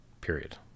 period